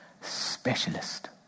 specialist